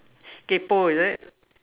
kaypoh is it